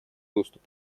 доступ